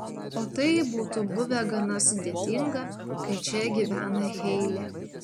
o tai būtų buvę gana sudėtinga kai čia gyvena heilė